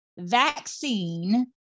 vaccine